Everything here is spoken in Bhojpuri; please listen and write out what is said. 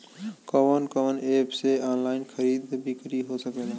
कवन कवन एप से ऑनलाइन खरीद बिक्री हो सकेला?